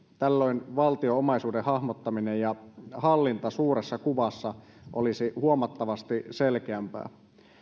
tällöin valtion omaisuuden hahmottaminen ja hallinta suuressa kuvassa olisi huomattavasti selkeämpää